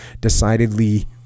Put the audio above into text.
decidedly